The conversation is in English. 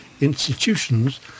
Institutions